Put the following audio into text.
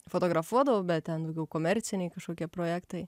fotografuodavau bet ten daugiau komerciniai kažkokie projektai